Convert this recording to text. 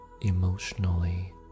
emotionally